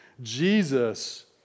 Jesus